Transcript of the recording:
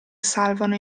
salvano